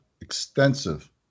extensive